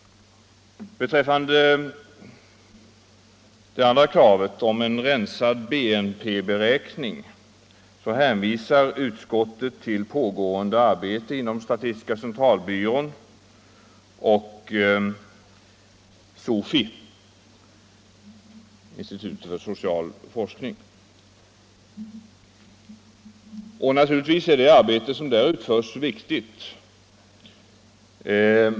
Beträffande det andra kravet i motionen, en rensad BNP-beräkning, hänvisar utskottet till pågående arbete inom statistiska centralbyrån och institutet för social forskning, SOFI. Naturligtvis är det arbete som där utförs viktigt.